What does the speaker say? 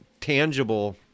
tangible